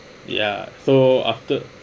ya so after